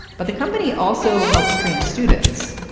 but the company also helps train students.